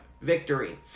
victory